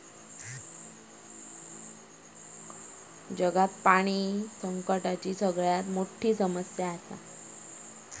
जगात पाणी संकटाची सगळ्यात मोठी समस्या आसा